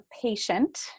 patient